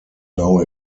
now